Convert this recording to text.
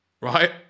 right